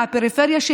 מהפריפריה,